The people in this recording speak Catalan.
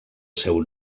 seu